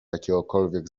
jakiegokolwiek